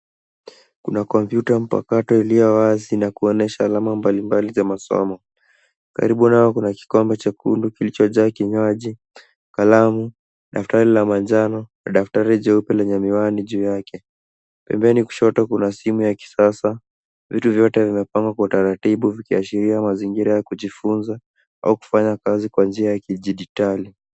Kuna kompyuta mpakato iliyo wazi na kuonesha alama mbalimbali za masomo. Karibu nayo kuna kikombe chekundu kilichojaa kinywaji, kalamu daftari la manjano na daftari jeupe lenye miwani juu yake. Pembeni kushoto kuna simu ya kisasa. Vitu vyote vimepanga kwa utaratibu vikiashiria mazingira ya kujifunza au kufanya kazi kwa njia ya kijiditali.